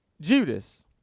Judas